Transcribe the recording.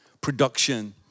production